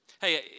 hey